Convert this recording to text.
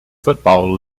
football